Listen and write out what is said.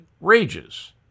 rages